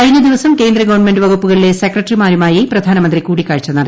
കഴിഞ്ഞദിവസം കേന്ദ്ര ഗവൺമെന്റ് വകുപ്പുകളിലെ സെക്രട്ടറിമാരുമായി പ്രധാനമന്ത്രി കൂടിക്കാഴ്ച നടത്തിയിരുന്നു